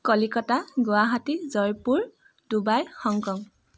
Kolkata Guwahati Jaipur Dubai Hong Kong